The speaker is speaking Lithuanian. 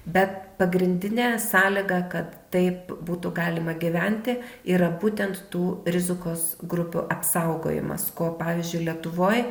bet pagrindinė sąlyga kad taip būtų galima gyventi yra būtent tų rizikos grupių apsaugojimas ko pavyzdžiui lietuvoj